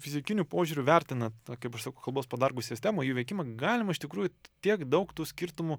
fizikiniu požiūriu vertinant na kaip aš sakau kalbos padargų sistemą jų veikimą galima iš tikrųjų tiek daug tų skirtumų